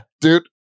dude